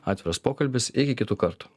atviras pokalbis iki kitų kartų